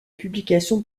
publication